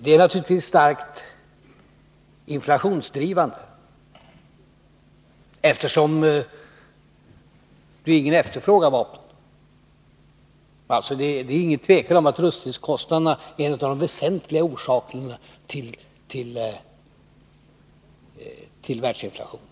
Det är naturligtvis starkt inflationsdrivande, eftersom också Reagan efterfrågar vapen. Det är alltså inget tvivel om att rustningskostnaderna är en av de väsentliga orsakerna till världsinflationen.